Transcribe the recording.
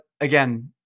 again